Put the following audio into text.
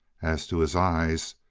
as to his eyes,